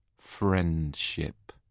friendship